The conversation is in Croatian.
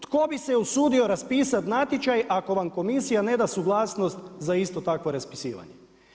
Tko bi se usudio raspisati natječaj, ako vam komisija ne da suglasnost za isto takvo raspisivanje.